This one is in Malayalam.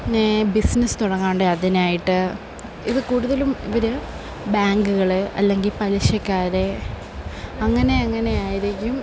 പിന്നെ ബിസിനസ് തുടങ്ങാനുണ്ടെങ്കിൽ അതിനായിട്ട് ഇത് കൂടുതലും ഇവർ ബാങ്കുകൾ അല്ലെങ്കില് പലിശക്കാർ അങ്ങനെ അങ്ങനെ ആയിരിക്കും